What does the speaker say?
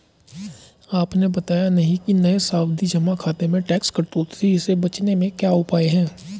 आपने बताया नहीं कि नये सावधि जमा खाते में टैक्स कटौती से बचने के क्या उपाय है?